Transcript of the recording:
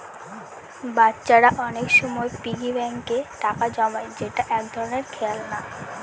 বাচ্চারা অনেক সময় পিগি ব্যাঙ্কে টাকা জমায় যেটা এক ধরনের খেলনা